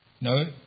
No